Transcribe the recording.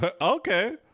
Okay